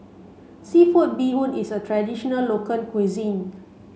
seafood bee hoon is a traditional local cuisine